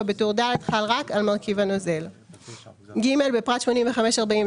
בטור ד' חל רק על מרכיב הנוזל "; (ג) 85.43,